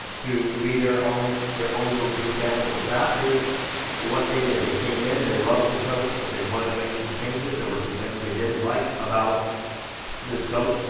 to be their own, their own little details, but that is what they did. they came in, they loved the coach, but they wanted to make some changes. there were some things they didn't like about this coach,